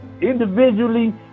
Individually